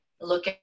look